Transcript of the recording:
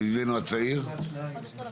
הערה אחת